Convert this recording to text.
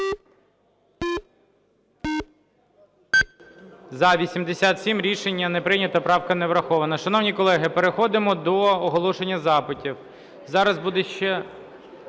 За-87 Рішення не прийнято. Правка не врахована. Шановні колеги, переходимо до оголошення запитів.